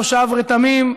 תושב רתמים,